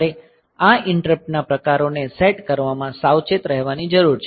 તમારે આ ઈંટરપ્ટ ના પ્રકારોને સેટ કરવામાં સાવચેત રહેવાની જરૂર છે